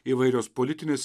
įvairios politinės